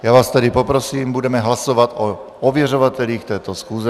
Já vás tedy poprosím, budeme hlasovat nejprve o ověřovatelích této schůze.